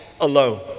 alone